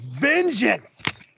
Vengeance